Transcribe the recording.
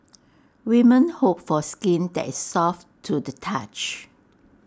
women hope for skin that is soft to the touch